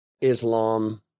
Islam